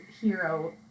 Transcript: hero